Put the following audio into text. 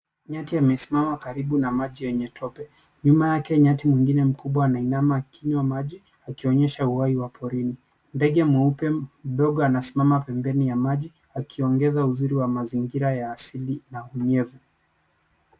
Nyati amesimama karibu na maji yenye tope. Nyuma yake nyati mwingine mkubwa anainama akinywa maji, akionyesha uhai wa porini. Ndogo mweupe mdogo anasimama pembeni ya maji akiongeza uzuri wa mazingira ya asili na unyevu.